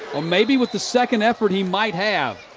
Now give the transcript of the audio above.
um maybe with the second effort he might have.